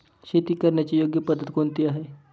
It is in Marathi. शेती करण्याची योग्य पद्धत कोणती आहे?